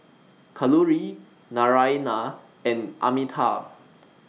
Kalluri Naraina and Amitabh